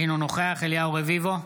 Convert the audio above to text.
אינו נוכח אליהו רביבו,